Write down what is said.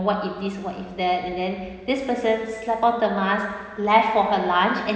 what if this what if that and then this person's slap on the mask left for her lunch and